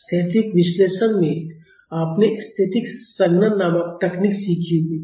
स्थैतिक विश्लेषण में आपने स्थैतिक संघनन नामक तकनीक सीखी होगी